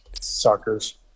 suckers